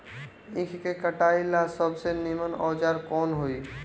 ईख के कटाई ला सबसे नीमन औजार कवन होई?